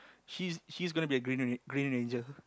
she's she is going to be green green ranger